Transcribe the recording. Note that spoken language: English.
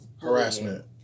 harassment